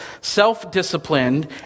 self-disciplined